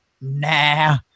nah